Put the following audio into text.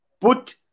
put